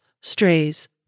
strays